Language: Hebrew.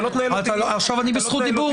עכשיו אני בזכות דיבור?